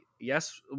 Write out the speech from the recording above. yes